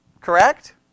Correct